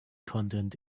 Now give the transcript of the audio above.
content